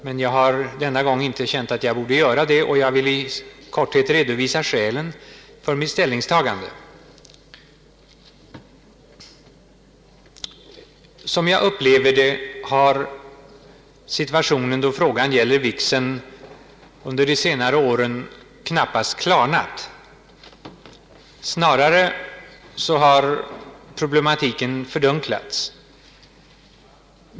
Men jag har denna gång inte känt att jag borde göra det och vill i korthet redovisa skälen för mitt ställningstagande. Som jag upplever det har frågan beträffande vigsel under senare år knappast klarnat. Snarare har problematiken fördunklats.